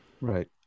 Right